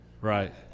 Right